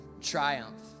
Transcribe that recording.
triumph